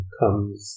comes